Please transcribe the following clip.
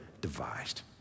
devised